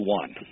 one